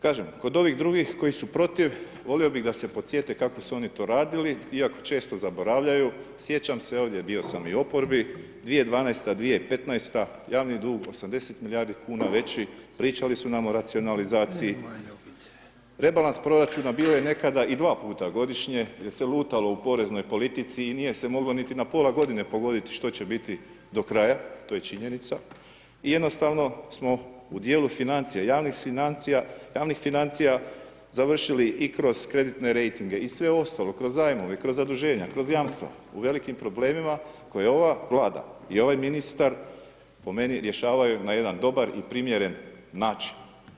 Kažem kod ovih drugih koji su protiv volio bih da se podsjete kako su oni to radili iako često zaboravljaju, sjećam se ovdje bio sam i u oporbi 2012. – 2015. javni dug 80 milijardi kuna veći pričali su nam o racionalizaciji [[Upadica: … e moja ljubice]] rebalans proračuna bio je nekada i dva puta godišnje jer se lutalo u poreznoj politici i nije se moglo niti na pola godine pogoditi što će biti do kraja, to je činjenica i jednostavno smo u dijelu financija, javnih financija završili i kroz kreditne rejtinge i sve ostalo, kroz zajmove, kroz zaduženja, kroz jamstva u velikim problemima koje ova Vlada i ovaj ministar po meni rješavaju na jedan dobar i primjeren način.